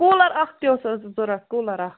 cooler اَکھ تہِ اوس اَسہِ ضروٗرت کوٗلر اَکھ